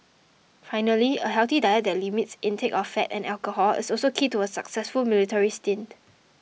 finally a healthy diet that limits intake of fat and alcohol is also key to a successful military stint